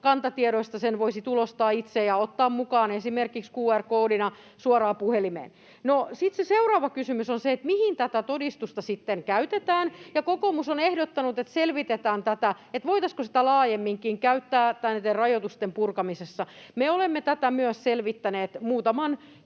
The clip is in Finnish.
Kanta-tiedoista. Sen voisi tulostaa itse ja ottaa mukaan esimerkiksi QR-koodina suoraan puhelimeen. Sitten seuraava kysymys on se, mihin tätä todistusta sitten käytetään, ja kokoomus on ehdottanut, että selvitetään tätä, voitaisiinko sitä laajemminkin käyttää näiden rajoitusten purkamisessa. Me olemme tätä myös selvittäneet muutamankin